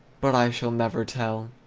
but i shall never tell!